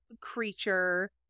creature